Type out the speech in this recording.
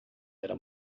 era